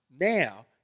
now